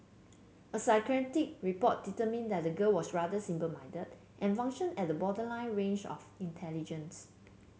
a psychiatric report determined that the girl was rather simple minded and functioned at the borderline range of intelligence